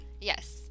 Yes